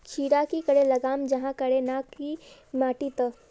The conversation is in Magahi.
खीरा की करे लगाम जाहाँ करे ना की माटी त?